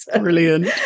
Brilliant